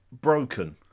broken